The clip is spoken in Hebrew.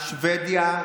שבדיה,